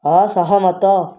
ଅସହମତ